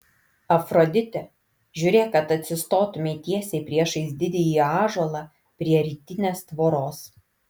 afrodite žiūrėk kad atsistotumei tiesiai priešais didįjį ąžuolą prie rytinės tvoros